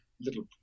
little